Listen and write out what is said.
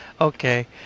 Okay